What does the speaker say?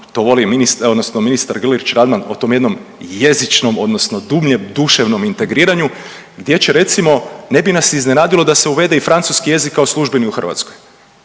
odnosno ministar Grlić-Radman o tom jednom jezičnom, odnosno duševnom integriranju gdje će recimo ne bi nas iznenadilo da se uvede i francuski jezik kao službeni u Hrvatskoj.